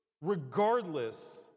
regardless